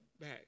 back